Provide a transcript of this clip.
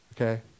Okay